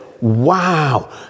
wow